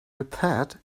repaired